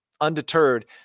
undeterred